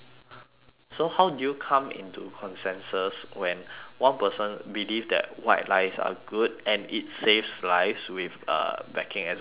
so how do you come into consensus when one person believe that white lies are good and it saves lives with uh backing examples and